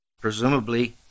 Presumably